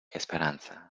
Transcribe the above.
esperanza